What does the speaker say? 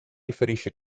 riferisce